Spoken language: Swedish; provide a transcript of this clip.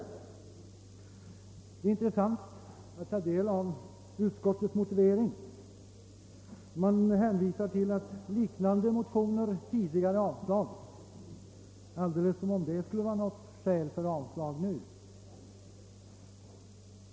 Det är intressant att ta del av utskottets motivering. Man hänvisar till att liknande motioner tidigare avslagits — alldeles som om det skulle vara något skäl för avslag även nu.